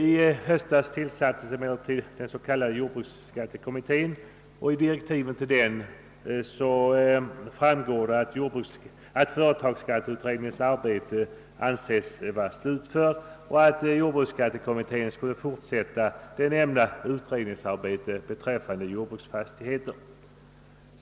I höstas tillsattes emellertid den s.k. jordbruksskattekommittén, och av direktiven för den framgår, att företagsskatteutredningens arbete anses vara slutfört och att jordbruksskattekommittén skulle fortsätta nämnda utredningsarbete beträffande jordbruksfastigheter.